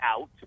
out